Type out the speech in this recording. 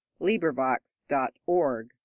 LibriVox.org